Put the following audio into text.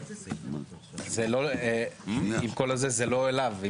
עם כל הזה, זה לא אליו.